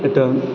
एतए